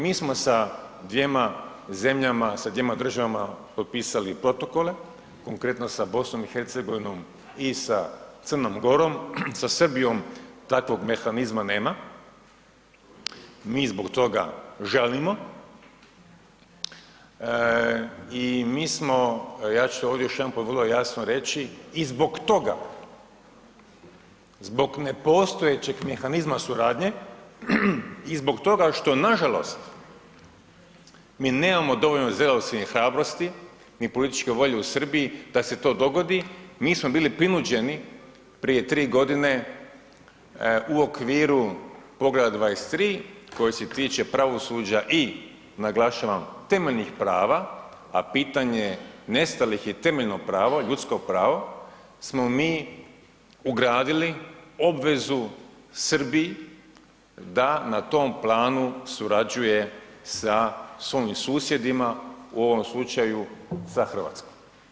Mi smo sa dvjema zemljama, sa dvjema državama potpisali protokole, konkretno sa BiH i sa Crnom Gorom, sa Srbijom takvog mehanizma nema, mi zbog toga žalimo i mi smo ja ću ovdje još jedanput vrlo jasno reći i zbog toga, zbog nepostojećeg mehanizma suradnje i zbog toga što nažalost mi nemamo dovoljno zrelosti ni hrabrosti, ni političke volje u Srbiji da se to dogodi, mi smo bili prinuđeni prije 3 godine u okviru Poglavlja 23. koje se tiče pravosuđa i naglašavam temeljnih prava, a pitanje nestalih je temeljno pravo, ljudsko pravo, smo mi ugradili obvezu Srbiji da na tom planu surađuje sa svojim susjedima u ovom slučaju sa Hrvatskom.